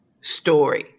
story